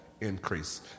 increase